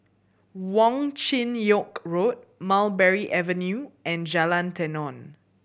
Wong Chin Yoke Road Mulberry Avenue and Jalan Tenon